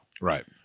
Right